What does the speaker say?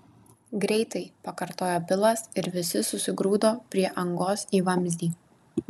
greitai pakartojo bilas ir visi susigrūdo prie angos į vamzdį